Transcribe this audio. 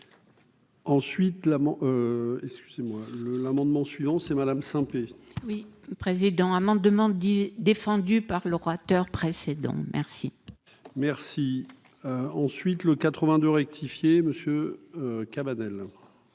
le l'amendement suivant c'est madame Saint-Pé. Oui président amendement dit défendue par l'orateur précédent merci. Merci, ensuite le 82 rectifié monsieur Cabanel.